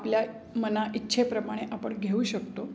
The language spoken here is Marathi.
आपल्या मना इच्छेप्रमाणे आपण घेऊ शकतो